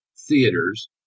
theaters